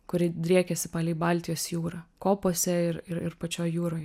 kurie driekiasi palei baltijos jūrą kopose ir ir ir pačioj jūroj